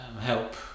help